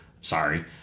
sorry